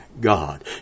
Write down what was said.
God